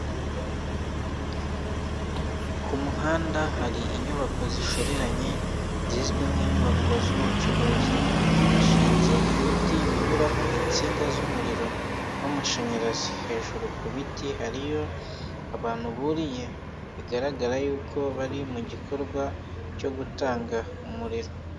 Ku muhanda hari inyubako zishoreranye zizwi nk'inyubako z'ubucuruzi. Hashinze ibiti binyuraho insinga z'umuriro w'amashanyarazi. Hejuru ku biti hariyo abantu buriye bigaragara y'uko bari mu gikorwa cyo gutanga umuriro.